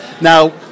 Now